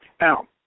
Now